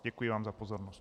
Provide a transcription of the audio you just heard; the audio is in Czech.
Děkuji vám za pozornost.